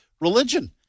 religion